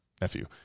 nephew